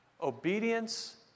obedience